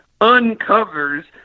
uncovers